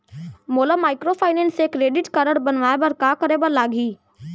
मोला माइक्रोफाइनेंस के credit card बनवाए बर का करे बर लागही?